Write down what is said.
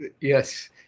Yes